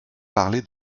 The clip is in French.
parlé